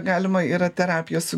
galima yra terapija su